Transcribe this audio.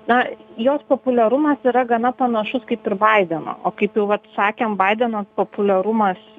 na jos populiarumas yra gana panašus kaip ir baideno o kaip jau vat sakėm baideno populiarumas